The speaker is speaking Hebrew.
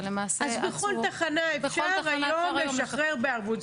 זה למעשה עצור --- אז בכל תחנה אפשר היום להשתחרר בערבות.